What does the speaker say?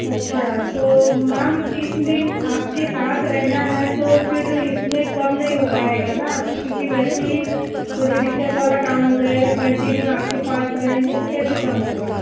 अच्छा तो मैम तीन दिन आपके साथ रहना है तो फिर इसमें कम नहीं हो पाएगा न फिर क्योंकि वैसे ही थोड़ी दिक्कत वाला काम हो जाएगा कन्टिन्यू आपके पास रहेंगे तो कैसे कम होगा